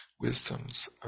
wisdoms